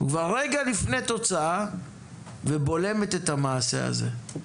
כבר רגע לפני תוצאה ובולמת את המעשה הזה.